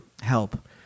Help